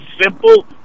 Simple